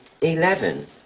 eleven